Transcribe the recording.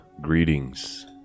greetings